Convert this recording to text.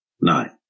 nine